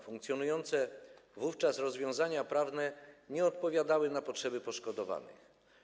Funkcjonujące wówczas rozwiązania prawne nie odpowiadały na potrzeby poszkodowanych.